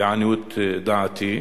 לעניות דעתי,